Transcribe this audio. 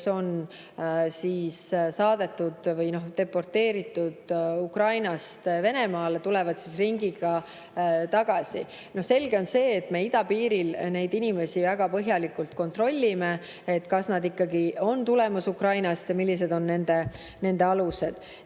on saadetud või deporteeritud Ukrainast Venemaale. Nad [lähevad] ringiga tagasi. Selge on see, et me idapiiril neid inimesi väga põhjalikult kontrollime, kas nad ikkagi on tulemas Ukrainast ja millised on nende alused.